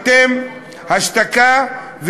השתקה,